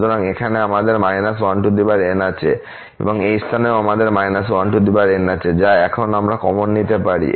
সুতরাং এখানে আমাদের −1 n আছে এবং এই স্থানেও আমাদের −1 n আছে যা আমরা এখন কমন নিতে পারি